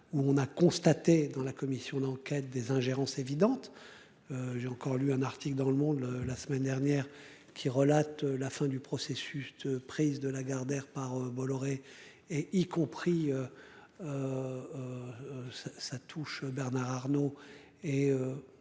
où on a constaté dans la commission d'enquête des ingérences évidentes. J'ai encore lu un article dans le monde. Le la semaine dernière qui relate la fin du processus de prise de Lagardère par Bolloré et y compris. Ça, ça touche, Bernard Arnault et.